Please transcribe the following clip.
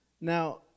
Now